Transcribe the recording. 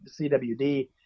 CWD